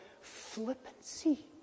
flippancy